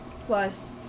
plus